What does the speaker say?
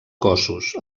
cossos